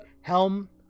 Helm